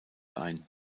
ein